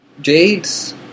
Jade's